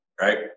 right